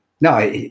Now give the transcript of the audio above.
no